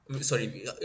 sorry